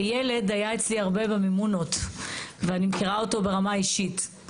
עמית כילד היה אצלי הרבה במימונות ואני מכירה אותו ברמה האישית.